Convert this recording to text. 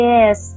Yes